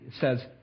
says